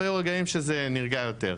והיו רגעים שזה נרגע יותר.